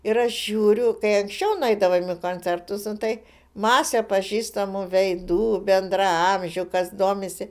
ir aš žiūriu kai anksčiau nueidavom į koncertus nu tai masė pažįstamų veidų bendraamžių kas domisi